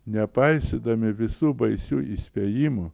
nepaisydami visų baisių įspėjimų